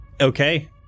Okay